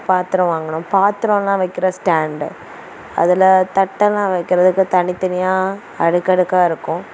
பாத்திரம் வாங்கினோம் பாத்திரம்லாம் வைக்கிற ஸ்டாண்டு அதில் தட்டெல்லாம் வைக்கிறதுக்கு தனித்தனியாக அடுக்கடுக்காக இருக்கும்